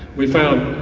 we found,